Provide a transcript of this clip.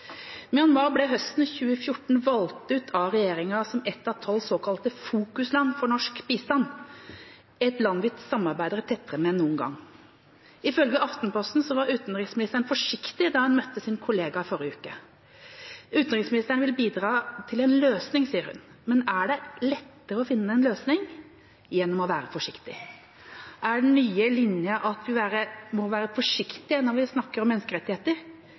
Myanmar ble høsten 2014 valgt ut av regjeringa som ett av tolv såkalte fokusland for norsk bistand, et land vi samarbeider tettere med enn noen gang. Ifølge Aftenposten var utenriksministeren forsiktig da hun møtte sin kollega i forrige uke. Utenriksministeren vil bidra til en løsning, sier hun. Men er det lettere å finne en løsning gjennom å være forsiktig? Er den nye linjen at vi må være forsiktige når vi snakker om menneskerettigheter?